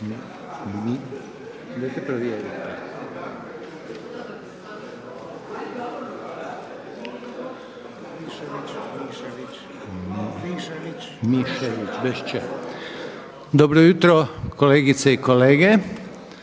to baš tako kolegice i kolege?